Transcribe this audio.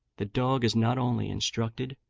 the dog is not only instructed,